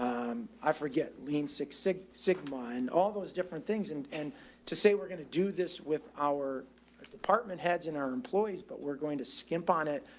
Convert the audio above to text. um, i forget lean, sick, sick, sick, mine, all those different things and and to say we're going to do this with our department heads and our employees, but we're going to skimp on it.